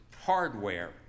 Hardware